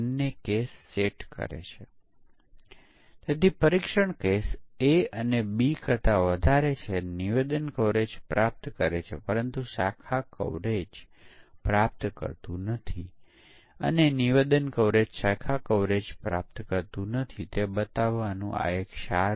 તેથી દૃશ્ય આધારિત પરીક્ષણમાં આવશ્યકતા સ્પષ્ટીકરણ દસ્તાવેજ સામાન્ય રીતે વિવિધ ઓપરેશનના તમામ સંભવિત દૃશ્યોને દસ્તાવેજ કરે છે